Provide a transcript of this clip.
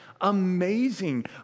amazing